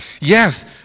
Yes